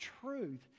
truth